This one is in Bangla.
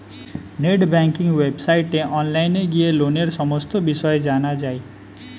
নেট ব্যাঙ্কিং ওয়েবসাইটে অনলাইন গিয়ে লোনের সমস্ত বিষয় জানা যায়